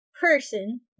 person